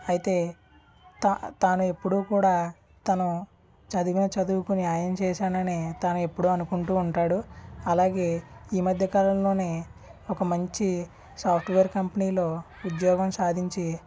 అయితే తా తాను ఎప్పుడూ కూడా తను చదివిన చదువుకు న్యాయం చేశాననే తను ఎప్పుడూ అనుకుంటూ ఉంటాడు అలాగే ఈ మధ్యకాలంలోనే ఒక మంచి సాఫ్ట్వేర్ కంపెనీ లో ఉద్యోగం సాధించి